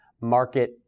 market